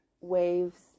waves